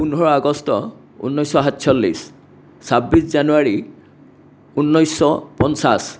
পোন্ধৰ আগষ্ট ঊনৈছশ সাতচল্লিছ ছাব্বিছ জানুৱাৰি ঊনৈছশ পঞ্চাছ